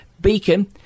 Beacon